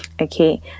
Okay